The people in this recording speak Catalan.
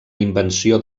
invenció